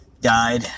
died